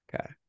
Okay